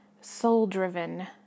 soul-driven